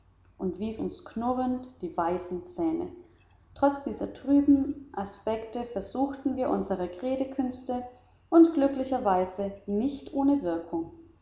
und wies uns knurrend die weißen zähne trotz dieser trüben aspekte versuchten wir unsere redekünste und glücklicherweise nicht ohne wirkung